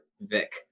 Vic